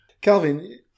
Calvin